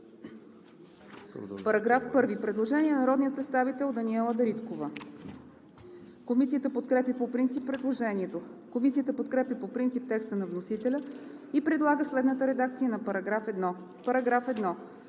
По § 1 има предложение на народния представител Даниела Дариткова. Комисията подкрепя по принцип предложението. Комисията подкрепя по принцип текста на вносителя и предлага следната редакция на § 1: „§ 1.